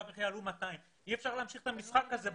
אחר כך יעלו 200. אי אפשר להמשיך את המשחק הזה.